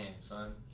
son